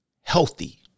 healthy